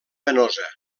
venosa